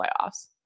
playoffs